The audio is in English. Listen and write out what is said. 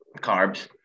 carbs